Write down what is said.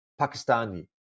Pakistani